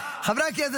חברי הכנסת,